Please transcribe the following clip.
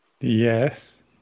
Yes